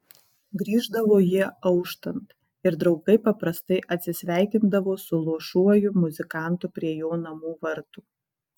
grįždavo jie auštant ir draugai paprastai atsisveikindavo su luošuoju muzikantu prie jo namų vartų